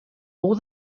all